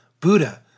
Buddha